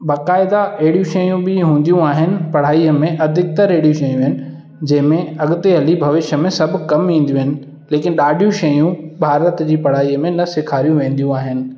बाक़ाइदा अहिड़ियूं शयूं बि हूंदियूं आहिनि पढ़ाईअ में अधिकतर अहिड़ियूं शयूं आहिनि जंहिंमें अॻिते हली भविष्य में सभु कमु ईंदियूं आहिनि लेकिन ॾाढियूं शयूं भारत जी पढ़ाईअ में न सेखारियूं वेंदियूं आहिनि